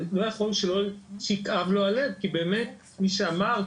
לא יכול שלא יכאב לו הלב כי באמת מי שאמר,